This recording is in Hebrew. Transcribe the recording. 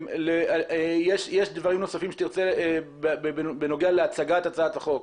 יש דברים נוספים בנוגע להצגת הצעת החוק